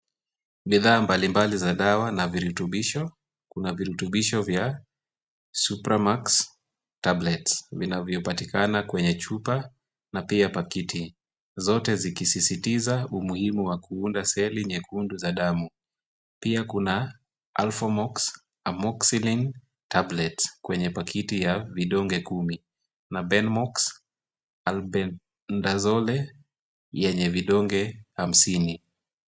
Bidhaa mbalimbali za dawa na virutubisho, kuna virutubisho vya Supramax tablets vinavyopatikana kwenye chupa. Na pia papiti. Zote zikisisitiza umuhimu wa kuunda seli nyekundu za damu. Pia kuna Alfamox, Amoxicillin, Tablets kwenye pakiti ya vidonge kumi. Na Benmox, Albendazole, yenye vidonge hamsini.